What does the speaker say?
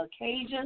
occasion